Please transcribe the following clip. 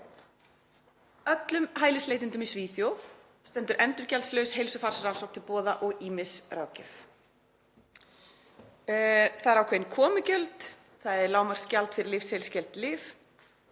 Öllum hælisleitendum í Svíþjóð stendur endurgjaldslaus heilsufarsrannsókn til boða og ýmis ráðgjöf. Það eru ákveðin komugjöld, það er lágmarksgjald fyrir lyfseðilsskyld lyf.